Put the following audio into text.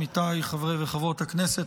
עמיתיי חברי וחברות הכנסת,